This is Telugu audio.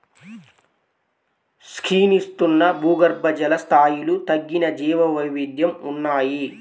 క్షీణిస్తున్న భూగర్భజల స్థాయిలు తగ్గిన జీవవైవిధ్యం ఉన్నాయి